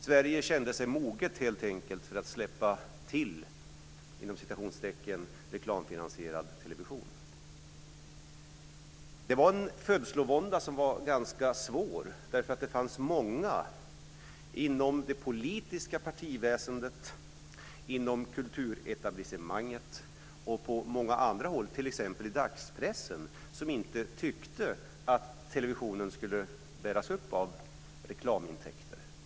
Sverige kände sig helt enkelt moget att "släppa till" reklamfinansierad television. Det var en födslovånda som var ganska svår, därför att det fanns många inom det politiska partiväsendet, inom kulturetablissemanget och på många andra håll, t.ex. i dagspressen, som inte tyckte att televisionen skulle bäras upp av reklamintäkter.